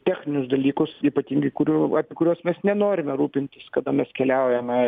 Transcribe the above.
techninius dalykus ypatingai kurių apie kuriuos mes nenorime rūpintis kada mes keliaujame